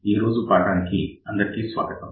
ఈరోజు పాఠానికి అందరికీ స్వాగతం